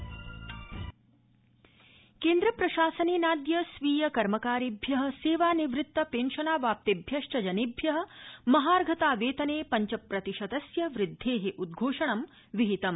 मन्त्रिमण्डलोपवेशनम् केन्द्रप्रशासनेनाद्य स्वीय कर्मकारेभ्य सेवानिवृत्त पेंशनावाप्तेभ्यश्च जनेभ्य महार्घतावेतने प्रञ्चप्रतिशतस्य वृद्धे उद्वोषणं विहितम्